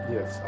Yes